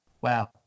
Wow